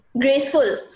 Graceful